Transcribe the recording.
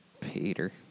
Peter